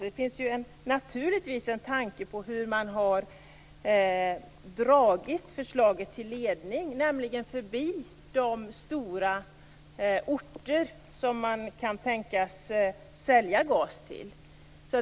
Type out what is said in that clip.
Det finns naturligtvis en tanke bakom förslaget till hur man skall dra ledningen, nämligen förbi de stora orter som man kan tänkas sälja gas till.